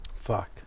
Fuck